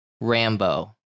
Rambo